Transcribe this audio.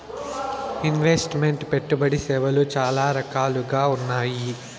invest meant పెట్టుబడి సేవలు చాలా రకాలుగా ఉన్నాయి